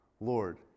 Lord